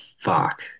fuck